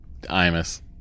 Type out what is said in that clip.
Imus